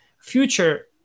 future